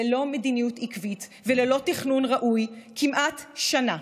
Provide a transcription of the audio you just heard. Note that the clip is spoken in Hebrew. ללא מדיניות עקבית וללא תכנון ראוי כמעט שנה.